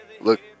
Look